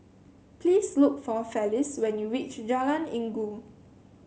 please look for Felice when you reach Jalan Inggu